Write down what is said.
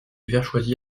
vertchoisi